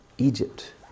Egypt